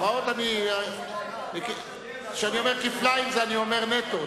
הפרעות, כשאני אומר כפליים, אני אומר נטו.